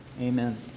Amen